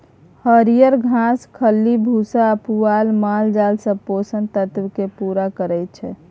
हरियर घास, खल्ली भुस्सा आ पुआर मालजालक सब पोषक तत्व केँ पुरा करय छै